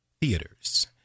Theaters